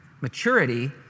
Maturity